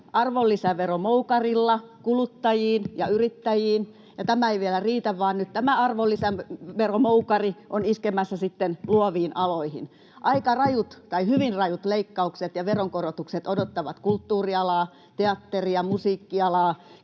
arvonlisäveromoukarilla kuluttajiin ja yrittäjiin, ja tämä ei vielä riitä, vaan nyt tämä arvonlisäveromoukari on iskemässä sitten luoviin aloihin. Aika rajut tai hyvin rajut leikkaukset ja veronkorotukset odottavat kulttuurialaa, teatteri- ja musiikkialaa,